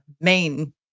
main